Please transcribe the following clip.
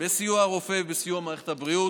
בסיוע הרופא ובסיוע מערכת הבריאות.